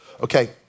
Okay